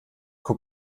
von